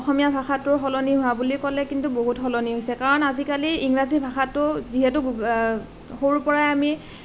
অসমীয়া ভাষাটোৰ সলনি হোৱা বুলি ক'লে কিন্তু বহুত সলনি হৈছে কাৰণ আজিকালি ইংৰাজী ভাষাটো যিহেতু সৰুৰ পৰাই আমি